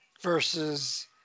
versus